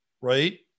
Right